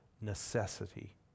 necessity